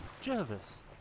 Jervis